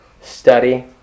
study